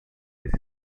this